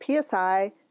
psi